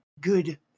good